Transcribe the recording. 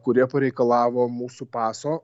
kurie pareikalavo mūsų paso